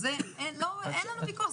על זה אין ויכוח.